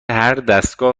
هردستگاه